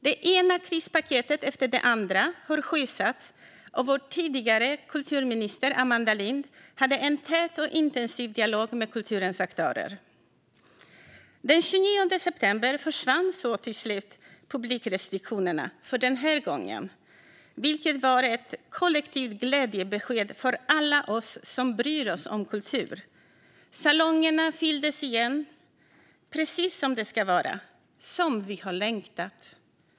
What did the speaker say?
Det ena krispaketet efter det andra har sjösatts, och vår tidigare kulturminister Amanda Lind hade en tät och intensiv dialog med kulturens aktörer. Den 20 september försvann så till slut publikrestriktionerna för den här gången, vilket var ett kollektivt glädjebesked för alla oss som bryr oss om kultur. Salongerna fylldes igen, precis som det ska vara. Som vi har längtat!